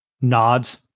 Nods